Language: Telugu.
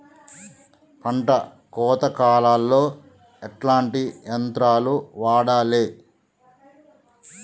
పంట కోత కాలాల్లో ఎట్లాంటి యంత్రాలు వాడాలే?